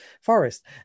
forest